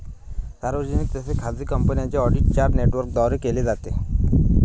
सार्वजनिक तसेच खाजगी कंपन्यांचे ऑडिट चार नेटवर्कद्वारे केले जाते